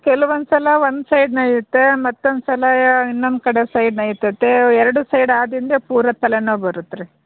ಕೆಲವೊಂದು ಸಲ ಒಂದು ಸೈಡ್ ನೋಯುತ್ತೆ ಮತ್ತೊಂದ್ಸಲ ಇನ್ನೊಂದು ಕಡೆ ಸೈಡ್ ನೋಯುತೈತೆ ಎರಡೂ ಸೈಡ್ ಆದ್ದರಿಂದ ಪೂರಾ ತಲೆ ನೋವು ಬರುತ್ತೇರೀ